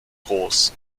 groß